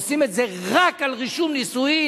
עושים את זה רק על רישום נישואים,